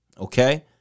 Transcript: okay